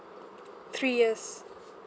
three years